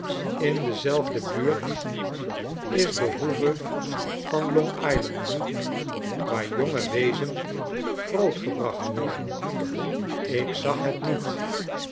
in dezelfde buurt is de hoeve van long island waar jonge weezen grootgebracht worden ik zag het niet